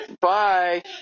Bye